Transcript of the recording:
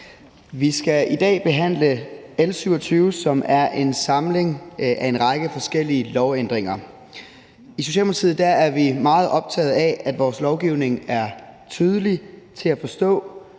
Vi skal i dag behandle L 27, som er en samling af en række forskellige lovændringer. I Socialdemokratiet er vi meget optaget af, at vores lovgivning er tydelig, til at forstå